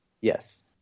Yes